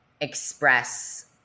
express